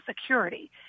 security